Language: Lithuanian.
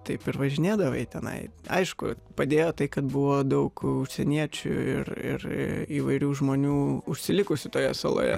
taip ir važinėdavai tenai aišku padėjo tai kad buvo daug užsieniečių ir ir įvairių žmonių užsilikusių toje saloje